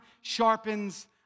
sharpens